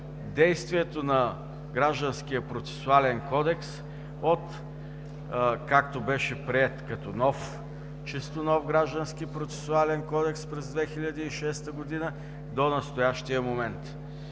действието на Гражданския процесуален кодекс откакто беше приет като чисто нов Граждански процесуален кодекс през 2006 г. до настоящия момент.